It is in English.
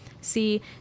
See